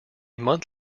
month